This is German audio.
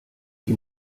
die